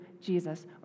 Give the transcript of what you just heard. Jesus